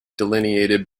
delineated